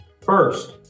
First